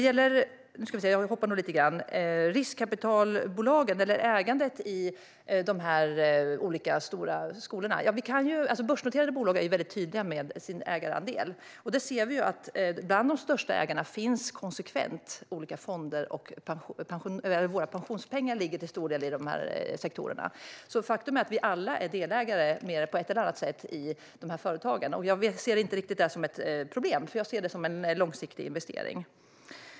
När det gäller ägandet i olika stora skolor är börsnoterade företag väldigt tydliga med sin ägarandel. Bland de största ägarna finns konsekvent olika fonder. Våra pensionspengar finns till stor del i dessa sektorer. Faktum är att vi alla på ett eller annat sätt är delägare i dessa företag. Jag ser inte det som ett problem, utan jag ser det som en långsiktig investering.